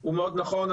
הוא מאוד נכון.